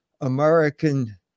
American